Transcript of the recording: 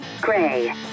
Gray